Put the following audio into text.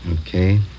Okay